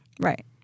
Right